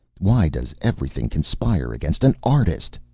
why does everything conspire against an artist?